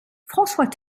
françois